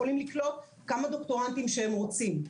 הם יכולים לקלוט כמה דוקטורנטים שהם רוצים,